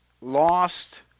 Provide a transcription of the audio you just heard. lost